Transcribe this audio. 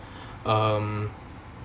um